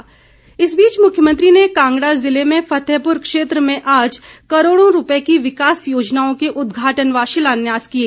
जयराम इस बीच मुख्यमंत्री ने कांगड़ा ज़िले में फतेहपुर क्षेत्र में आज करोड़ों रूपए की विकास योजनाओं के उद्घाटन व शिलान्यास किए